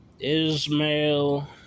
Ismail